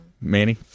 Manny